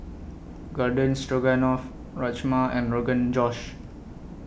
Garden Stroganoff Rajma and Rogan Josh